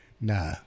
No